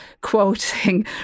quoting